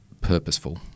purposeful